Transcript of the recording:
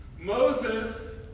Moses